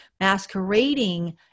masquerading